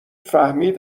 فهمید